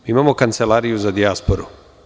Mi imamo Kancelariju za dijasporu.